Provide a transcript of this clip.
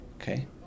Okay